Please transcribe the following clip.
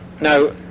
Now